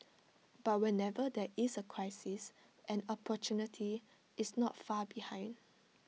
but whenever there is A crisis an opportunity is not far behind